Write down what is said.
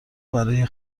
برای